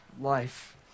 life